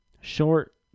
Short